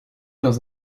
dans